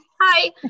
hi